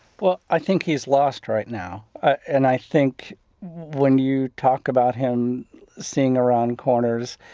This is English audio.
well, i think he's lost right now. and i think when you talk about him seeing around corners,